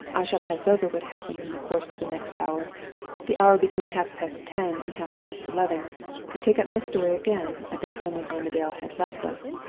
i shall pass over what happened in the course of the next hour the hour between half-past ten and half-past eleven and take up my story again at the time when armadale had left us.